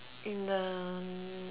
in the